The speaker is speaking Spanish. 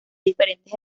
diferentes